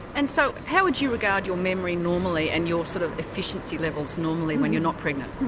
and so how would you regard your memory normally and your sort of efficiency levels normally when you're not pregnant.